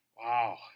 Wow